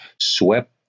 swept